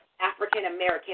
African-American